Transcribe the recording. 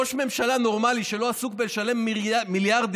ראש ממשלה נורמלי שלא עסוק בלשלם מיליארדים